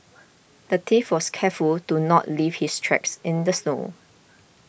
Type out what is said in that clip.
the thief was careful to not leave his tracks in the snow